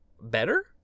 better